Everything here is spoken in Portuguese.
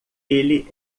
ele